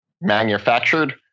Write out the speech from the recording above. manufactured